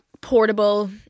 portable